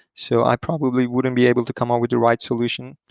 so i probably wouldn't be able to come up with the right solution.